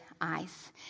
eyes